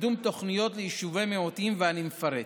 לקידום תוכניות ליישובי מיעוטים, ואני מפרט.